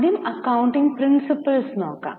ആദ്യം accounting principles നോക്കാം